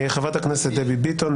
חברת הכנסת דבי ביטון,